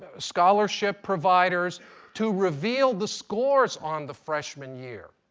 scholarship providers to reveal the scores on the freshman year.